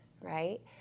right